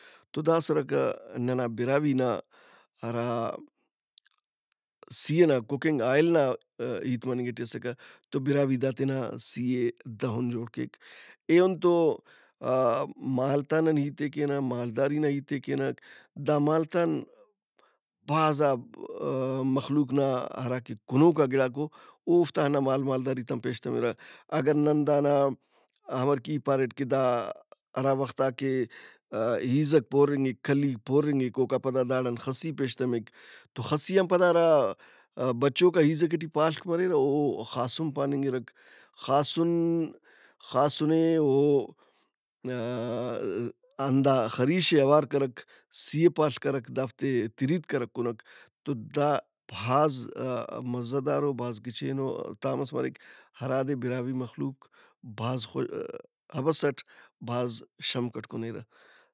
تو دا اسرک ننا براہوئی نا ہرا سِی ئنا کوکنگ آئل نا ہیت مننگٹی اسکہ۔ تو براہوئی دا تینا سِی ئے دہن جوڑ کیک۔ ایہن تو آ-ا- مالت آ نن ہیت ئے کینک مالداریت آ ہیت کے کینک۔ دا مالت ان بھازا مخلوق نا ہراکہ کُنوکا گڑاک او اوفتا ہنّا مال مالداریت ان پیش تمرہ۔ اگہ نن دانا ہمر کہ ای پاریٹ کہ دا ہراوخت آ ہِیزک پورِنگک، کھلی پورِنگک اوکا پدا داڑان خسی پیش تمک تو خسی ان پد ہرا بچوکا ہیزک ئٹی پاڷک مریرہ او خاسُن پانِنگرہ۔ خاسُن خاسُن ئے او -ا-ا- ہندا خریش اوار کرک سِی و پاڷ کرک دوفتے تِریت کرک کنک تو دا بھاز مزہ دارو بھاز گچینو تامس مریک ہرادے براہوئی مخلوق بھاز خوَ- ہبس اٹ بھاز شمق اٹ کُنیرہ۔